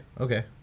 okay